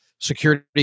Security